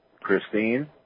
Christine